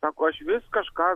sako aš vis kažką